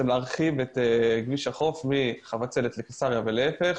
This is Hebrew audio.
להרחיב את כביש החוף מחבצלת לקיסריה ולהיפך,